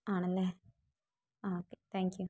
ആണല്ലേ ആ okay thank U